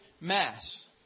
mass